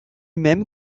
même